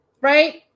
right